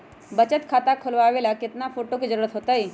बचत खाता खोलबाबे ला केतना फोटो के जरूरत होतई?